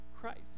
Christ